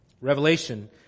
Revelation